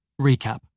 Recap